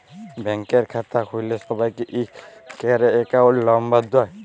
ব্যাংকের খাতা খুল্ল্যে সবাইকে ইক ক্যরে একউন্ট লম্বর দেয়